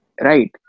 right